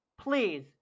Please